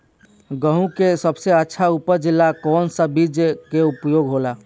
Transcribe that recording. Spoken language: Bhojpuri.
गेहूँ के सबसे अच्छा उपज ला कौन सा बिज के उपयोग होला?